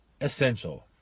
essential